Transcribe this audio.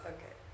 Okay